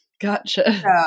Gotcha